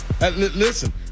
Listen